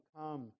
come